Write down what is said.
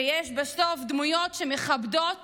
ויש בסוף דמויות שמכבדות